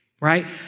right